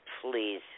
please